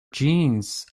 jeans